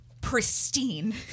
pristine